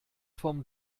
vom